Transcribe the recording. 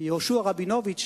יהושע רבינוביץ,